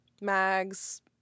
Mags